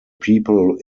people